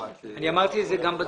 אני אמרתי את זה גם בדיון.